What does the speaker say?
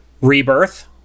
Rebirth